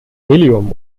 helium